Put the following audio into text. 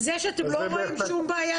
זה טוב שאתם לא רואים שום בעיה,